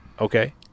Okay